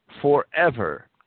forever